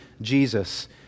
Jesus